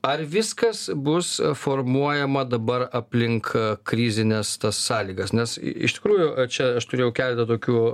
ar viskas bus formuojama dabar aplink krizines tas sąlygas nes iš tikrųjų čia aš turėjau keletą tokių